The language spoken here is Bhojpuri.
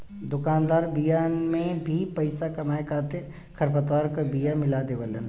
दुकानदार बिया में भी पईसा कमाए खातिर खरपतवार क बिया मिला देवेलन